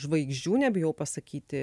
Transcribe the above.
žvaigždžių nebijau pasakyti